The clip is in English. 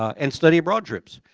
and study abroad trips,